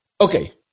Okay